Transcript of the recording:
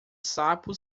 sapo